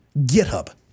GitHub